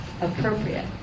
appropriate